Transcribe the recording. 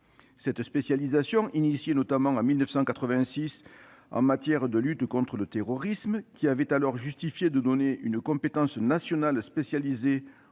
Cette spécialisation fut engagée en 1986 en matière de lutte contre le terrorisme, cette lutte justifiant de donner une compétence nationale spécialisée aux